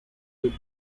with